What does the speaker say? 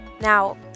Now